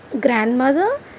grandmother